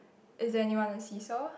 is anyone on the seesaw